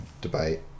debate